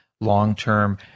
long-term